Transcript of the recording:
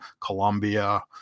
Colombia